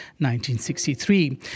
1963